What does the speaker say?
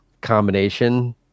combination